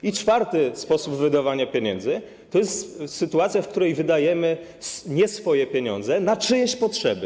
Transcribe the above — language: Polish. I czwarty sposób wydawania pieniędzy: sytuacja, w której wydajemy nie swoje pieniądze na czyjeś potrzeby.